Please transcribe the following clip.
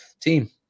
Team